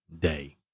day